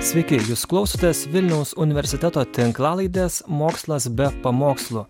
sveiki jūs klausotės vilniaus universiteto tinklalaidės mokslas be pamokslų